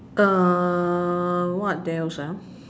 err what else ah